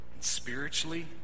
spiritually